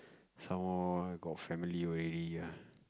some more I got family already ah